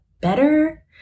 better